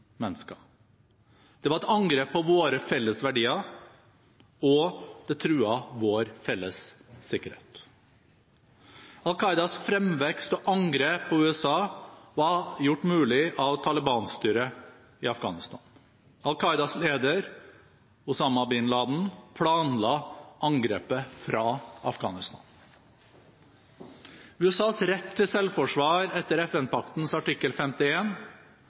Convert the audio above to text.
mennesker. Det var et angrep på våre felles verdier, og det truet vår felles sikkerhet. Al Qaidas fremvekst og angrep på USA var gjort mulig av Taliban-styret i Afghanistan. Al Qaidas leder, Osama bin Laden, planla angrepet fra Afghanistan. USAs rett til selvforsvar etter FN-paktens artikkel